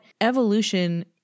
evolution